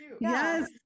yes